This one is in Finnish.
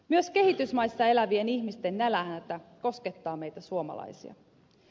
myös kehitysmaissa elävien ihmisten nälänhätä koskettaa meitä suomalaisia